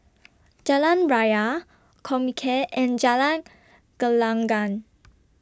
Jalan Raya Comcare and Jalan Gelenggang